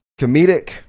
comedic